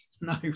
No